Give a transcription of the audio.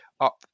up